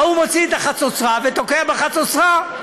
ההוא מוציא את החצוצרה ותוקע בחצוצרה.